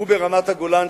וברמת-הגולן,